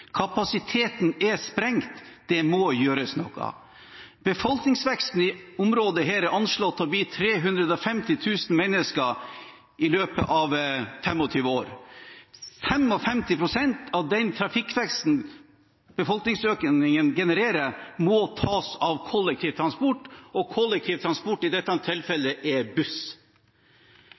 Kapasiteten er sprengt – noe må gjøres. Befolkningsveksten i dette området er anslått til å bli 350 000 mennesker i løpet av 25 år. 55 pst. av trafikkveksten som befolkningsøkningen genererer, må tas ved kollektiv transport, og kollektivtransport i dette